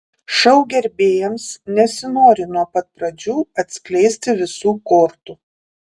šou gerbėjams nesinori nuo pat pradžių atskleisti visų kortų